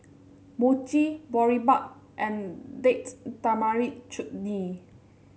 Mochi Boribap and Date Tamarind Chutney